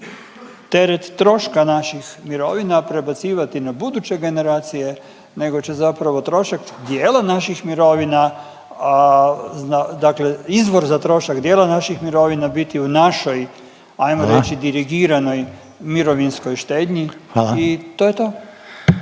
teret troška naših mirovina prebacivati na buduće generacije nego će zapravo trošak dijela naših mirovina, dakle izvor za trošak dijela naših mirovina biti u našoj, ajmo reći … …/Upadica Željko Reiner: Hvala./… …